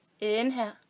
Inhale